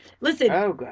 Listen